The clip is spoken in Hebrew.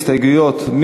ההסתייגות לא התקבלה.